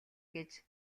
гэж